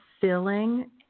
filling